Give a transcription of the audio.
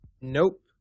Nope